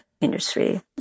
industry